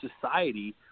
society